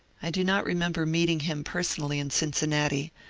i do not remember meeting him personally in cincinnati,